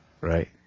right